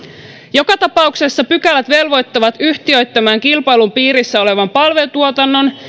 joka tapauksessa pykälät velvoittavat yhtiöittämään kilpailun piirissä olevan palvelutuotannon